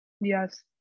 Yes